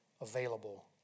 available